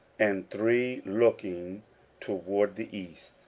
and three looking toward the east